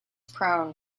prone